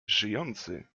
żyjący